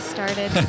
started